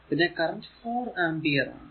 പിന്നെ current 4 ampere ആണ്